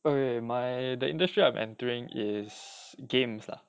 okay my the industry I'm entering is games lah